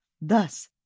Thus